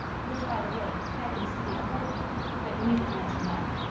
which, by the way, happens to be a holt way but you needn't mention that.